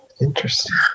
Interesting